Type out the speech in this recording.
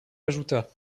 ajouta